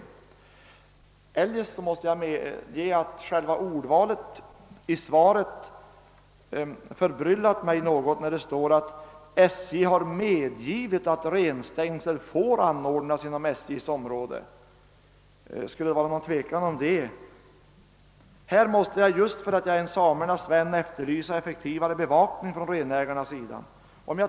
Jag måste medge att själva ordvalet i svaret förbryllat mig, när det står att SJ har »medgivit» att renstängsel får anordnas inom SJ:s område. Skulle det råda någon tvekan om det? Här måste jag, just för att jag är en samernas vän, efterlysa effektivare bevakning från renägarnas sida.